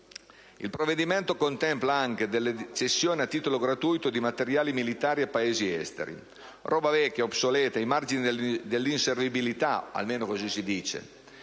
il provvedimento contempla anche cessioni a titolo gratuito di materiali militari a Paesi esteri. Roba vecchia, obsoleta, ai margini dell'inservibilità (almeno così si dice).